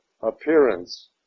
appearance